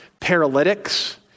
paralytics